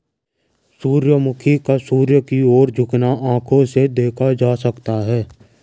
सूर्यमुखी का सूर्य की ओर झुकना आंखों से देखा जा सकता है